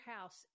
house